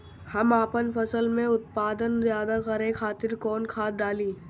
हम आपन फसल में उत्पादन ज्यदा करे खातिर कौन खाद डाली?